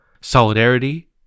solidarity